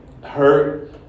Hurt